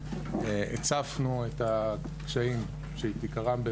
הצפנו את הקשיים שאת עיקרם,